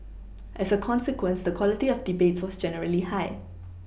as a consequence the quality of debates was generally high